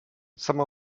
some